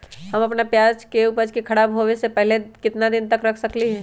हम अपना प्याज के ऊपज के खराब होबे पहले कितना दिन तक रख सकीं ले?